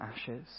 ashes